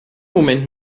moment